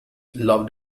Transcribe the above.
loved